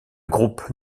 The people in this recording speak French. groupe